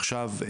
עכשיו,